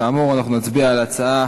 כאמור, אנחנו נצביע על ההצעה